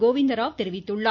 கோவிந்தராவ் தெரிவித்துள்ளார்